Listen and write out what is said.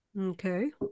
Okay